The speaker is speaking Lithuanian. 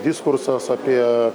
diskursas apie